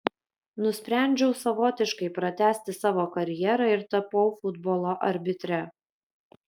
nusprendžiau savotiškai pratęsti savo karjerą ir tapau futbolo arbitre